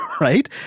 right